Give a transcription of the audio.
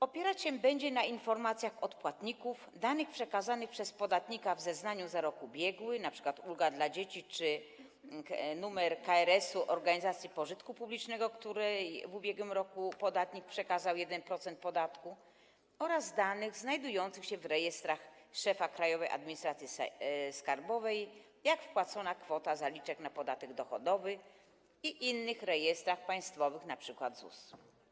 Opierać się będzie na informacjach od płatników, danych przekazanych przez podatnika w zeznaniu za rok ubiegły - dotyczących np. ulgi dla dzieci czy numeru KRS organizacji pożytku publicznego, której w ubiegłym roku podatnik przekazał 1% podatku - danych znajdujących się w rejestrach szefa Krajowej Administracji Skarbowej, takich jak wpłacona kwota zaliczek na podatek dochodowy, i innych rejestrach państwowych, np. ZUS.